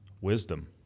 wisdom